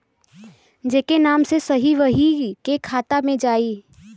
जेके नाम से रही वही के खाता मे जाई